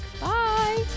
Bye